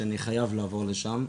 שאני חייב לעבור לשם,